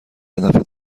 هدف